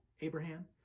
Abraham